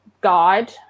guide